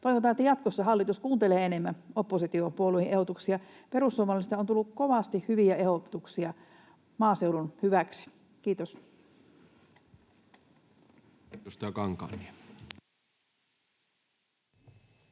Toivotaan, että jatkossa hallitus kuuntelee enemmän oppositiopuolueiden ehdotuksia. Perussuomalaisilta on tullut kovasti hyviä ehdotuksia maaseudun hyväksi. — Kiitos.